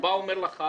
בא ואומר לך